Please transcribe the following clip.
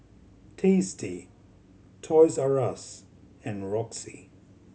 Tasty Toys R Us and Roxy